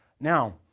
Now